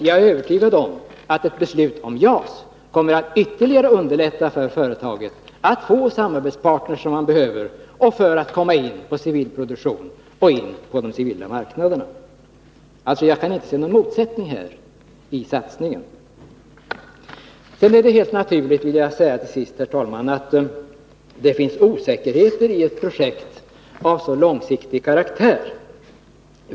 Jag är övertygad om att ett beslut om JAS kommer att ytterligare underlätta för företaget att få de samarbetspartners som man behöver för sin civila produktion och för att komma in på de civila marknaderna. Jag kan inte se någon motsättning här. Det är helt naturligt att det finns osäkerheter i ett projekt av så långsiktig karaktär.